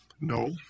No